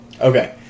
Okay